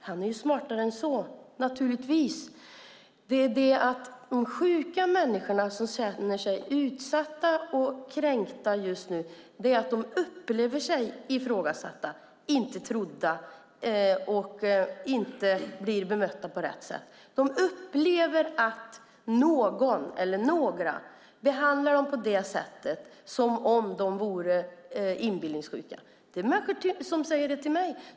Han är naturligtvis smartare än så. Men de sjuka människor som just nu känner sig utsatta och kränkta upplever att de blir ifrågasatta, inte blir trodda och inte blir bemötta på rätt sätt. De upplever att någon eller några behandlar dem som om de vore inbillningssjuka. Det är människor som säger det till mig.